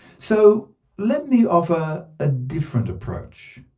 so let me offer a different approach.